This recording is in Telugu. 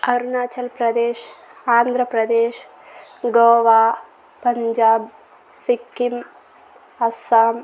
అరుణాచల్ ప్రదేశ్ ఆంధ్రప్రదేశ్ గోవా పంజాబ్ సిక్కిం అస్సాం